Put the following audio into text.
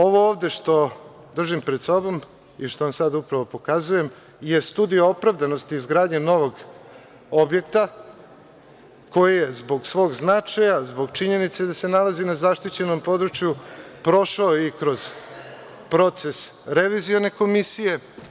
Ovo ovde što držim pred sobom i što vam sad upravo pokazujem je studija opravdanosti izgradnje novog objekta koji je zbog svog značaja, zbog činjenice da se nalazi na zaštićenom području prošao i kroz proces revizione komisije.